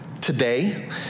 today